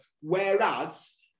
Whereas